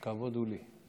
הכבוד הוא לי.